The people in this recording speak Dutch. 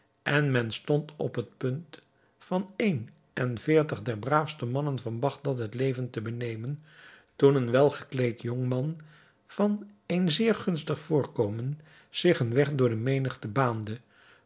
en men stond op het punt van een en veertig der braafste mannen van bagdad het leven te benemen toen een welgekleed jongman van een zeer gunstig voorkomen zich een weg door de menigte baande